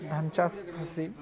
ଧାନ୍ ଚାଷ୍ ବେଶୀ